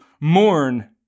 mourn